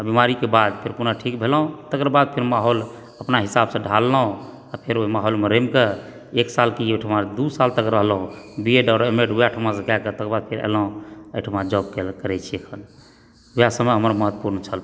आ बीमारीके बाद फेर पुनः ठीक भेलहुँ तकर बाद फेर माहौल अपना हिसाबसंँ ढाललहुँ फेर ओहि माहौलमे रमिके एक साल बी एड की ओहिठमा दू साल तक रहलहुँ बी एड एम एड ओहे ठिमासंँ कए कऽ तेकर बाद फेर एलहुँ एहिठमा जॉब करय छी अखन ओएह समय हमर महत्वपूर्ण छल